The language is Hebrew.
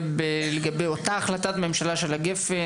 לחדד משהו לגבי אותה החלטת ממשלה של הגפ"ן,